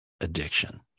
addiction